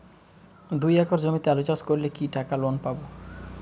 দুই একর জমিতে আলু চাষ করলে কি টাকা লোন পাবো?